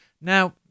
Now